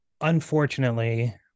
unfortunately